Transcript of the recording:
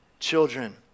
Children